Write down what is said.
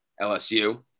LSU